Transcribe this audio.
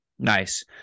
Nice